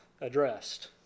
addressed